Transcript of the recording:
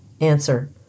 Answer